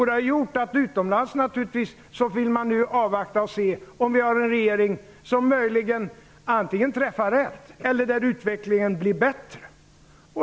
Det har gjort att man utomlands nu vill avvakta och se antingen om Sverige har en regering som möjligen träffar rätt eller om utvecklingen blir bättre.